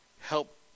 help